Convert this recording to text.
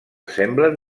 semblen